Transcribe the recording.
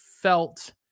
felt